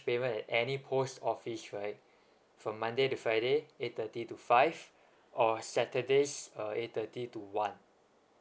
payment at any post office right from monday to friday eight thirty to five or saturdays uh eight thirty to one